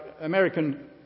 American